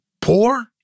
poor